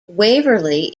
waverly